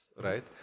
right